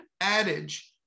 adage